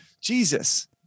Jesus